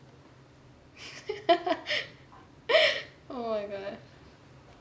oh my god